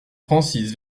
francis